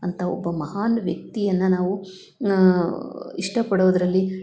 ಅಂತ ಒಬ್ಬ ಮಹಾನ್ ವ್ಯಕ್ತಿಯನ್ನು ನಾವು ಇಷ್ಟಪಡೋದರಲ್ಲಿ